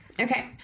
Okay